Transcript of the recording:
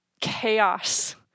chaos